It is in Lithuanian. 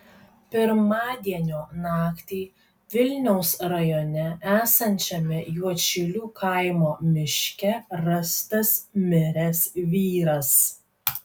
pirmadienio naktį vilniaus rajone esančiame juodšilių kaimo miške rastas miręs vyras